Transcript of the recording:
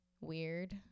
weird